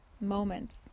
moments